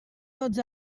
tots